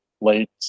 late